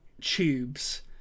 tubes